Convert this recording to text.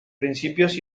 principios